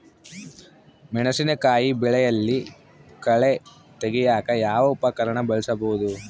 ಮೆಣಸಿನಕಾಯಿ ಬೆಳೆಯಲ್ಲಿ ಕಳೆ ತೆಗಿಯಾಕ ಯಾವ ಉಪಕರಣ ಬಳಸಬಹುದು?